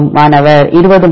மாணவர் 20 முறை